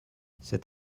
cet